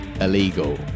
illegal